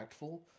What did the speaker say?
impactful